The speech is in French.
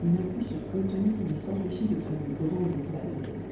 il ne put se contenir ni s'empêcher de faire de grands éclats de rire